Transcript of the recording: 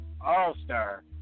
All-Star